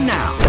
now